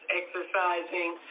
exercising